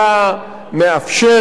מאפשרת,